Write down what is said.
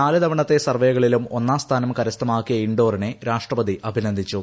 നാല് തവണത്തെ സർവ്വേകളിലും ഒന്നാം സ്ഥാനം കരസ്ഥമാക്കിയ ഇൻഡോറിനെ രാഷ്ട്രപതി അഭിനന്ദിച്ചു